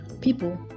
People